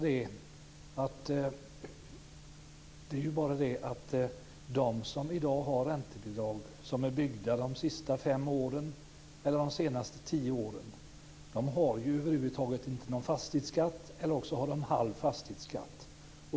Det är bara det att de som i dag har räntebidrag för hus som är byggda de senaste fem eller tio åren över huvud taget inte har någon fastighetsskatt eller så har de halv fastighetsskatt.